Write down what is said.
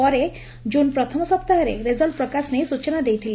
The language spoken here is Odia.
ପରେ ଜୁନ୍ ପ୍ରଥମ ସପ୍ତାହରେ ରେଜଲ ପ୍ରକାଶ ନେଇ ସୂଚନା ଦେଇଥିଲେ